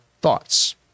thoughts